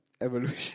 evolution